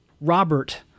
Robert